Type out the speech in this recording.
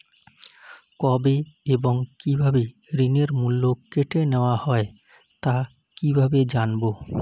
কবে এবং কিভাবে ঋণের মূল্য কেটে নেওয়া হয় তা কিভাবে জানবো?